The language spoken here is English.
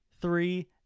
three